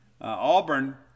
Auburn